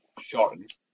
shortened